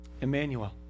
Emmanuel